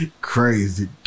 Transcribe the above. Crazy